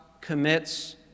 commits